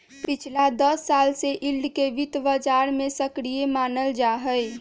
पिछला दस साल से यील्ड के वित्त बाजार में सक्रिय मानल जाहई